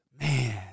Man